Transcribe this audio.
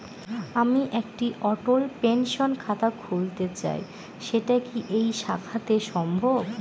আমি একটি অটল পেনশন খাতা খুলতে চাই সেটা কি এই শাখাতে সম্ভব?